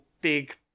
big